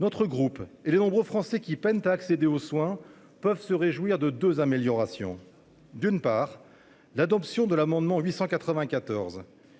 notre groupe et les nombreux Français qui peinent à accéder aux soins peuvent se réjouir de deux améliorations. La première tient à l'adoption de l'amendement n°